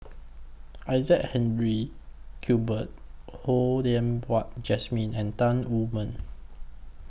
Isaac Henry cuber Ho Yen Wah Jesmine and Tan Wu Meng